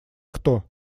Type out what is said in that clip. кто